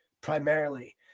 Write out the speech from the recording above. primarily